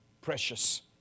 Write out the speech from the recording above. precious